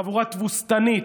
חבורה תבוסתנית,